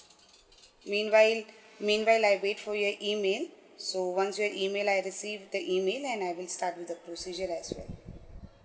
meanwhile meanwhile I wait for your email so once your email I've received the email and I will start with the procedure as well